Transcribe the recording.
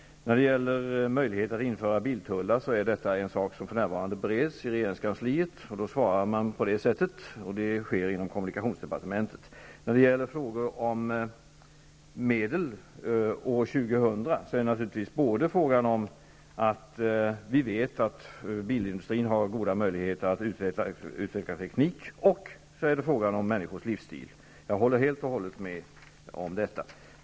Frågan om att införa biltullar bereds för närvarande i regeringskansliet, och då svarar man på det sättet, och det sker genom kommunikationsdepartementet. När det gäller frågor om medel år 2000 handlar det naturligtvis både om att vi vet att bilindustrin har goda möjligheter att utveckla teknik och om människors livsstil. Jag håller helt och hållet med om detta.